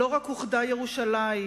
לא רק אוחדה ירושלים,